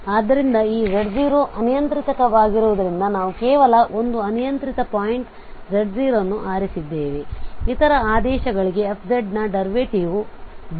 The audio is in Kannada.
ಆದ್ದರಿಂದ ಈ z0 ಅನಿಯಂತ್ರಿತವಾಗಿರುವುದರಿಂದ ನಾವು ಕೇವಲ ಒಂದು ಅನಿಯಂತ್ರಿತ ಪಾಯಿಂಟ್ z 0 ಅನ್ನು ಆರಿಸಿದ್ದೇವೆ ಇತರ ಆದೇಶಗಳಿಗೆ f ನ ಡರ್ವೇಟಿವ್ D